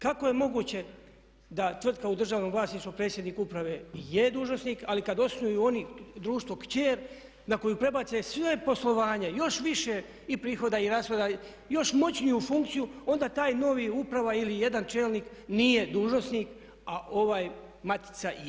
Kako je moguće da tvrtka u državnom vlasništvu njen predsjednik uprave je dužnosnik ali kad osnuju oni društvo kćer na koju prebace sve poslovanje, još više i prihoda i rashoda, još moćniju funkciju onda ta nova uprava ili jedan čelnik nije dužnosnik a ovaj matica je?